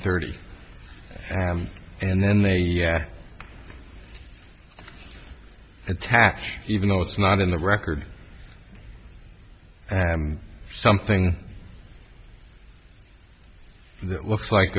thirty am and then they attach even though it's not in the record and something that looks like